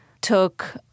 took